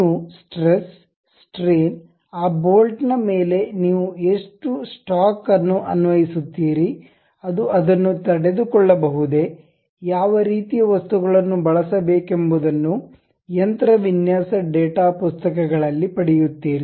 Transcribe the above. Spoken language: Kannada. ನೀವು ಸ್ಟ್ರೆಸ್ ಸ್ಟ್ರೇನ್ ಆ ಬೋಲ್ಟ್ನ ನ ಮೇಲೆ ನೀವು ಎಷ್ಟು ಸ್ಟಾಕ್ ಅನ್ನು ಅನ್ವಯಿಸುತ್ತೀರಿ ಅದು ಅದನ್ನು ತಡೆದುಕೊಳ್ಳಬಹುದೇ ಯಾವ ರೀತಿಯ ವಸ್ತುಗಳನ್ನು ಬಳಸಬೇಕೆಂಬುದನ್ನು ಯಂತ್ರ ವಿನ್ಯಾಸ ಡೇಟಾ ಪುಸ್ತಕಗಳಲ್ಲಿ ಪಡೆಯುತ್ತೀರಿ